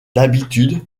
d’habitude